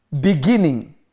beginning